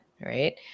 right